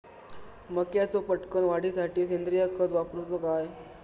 मक्याचो पटकन वाढीसाठी सेंद्रिय खत वापरूचो काय?